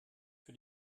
für